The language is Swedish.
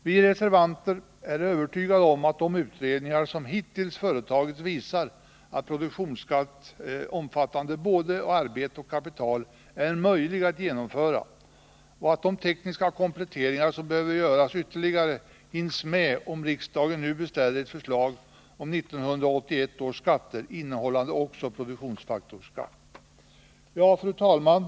Vi reservanter är övertygade om att de utredningar som hittills har företagits visar att en produktionsskatt, omfattande både arbete och kapital, är möjlig att genomföra och att de ytterligare tekniska kompletteringar som behöver göras hinns med, om riksdagen nu beställer ett förslag om 1981 års skatter, innehållande också produktionsfaktorsskatt. Fru talman!